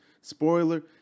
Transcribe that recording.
spoiler